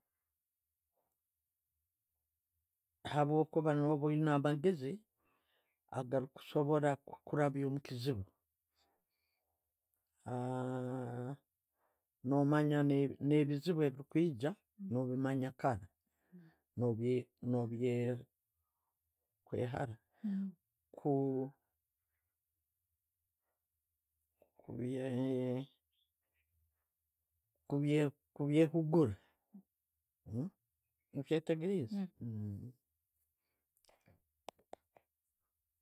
Habwokuba no'ba oyina amagezi, agari kusobora kurabya omukizibu, no'manya nebizibu ebikwijja, no bimanya kara, no bye, hara, kubye, Kubyehugura, okyetegerieze.